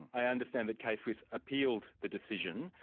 i understand that k-swiss appealed the decision,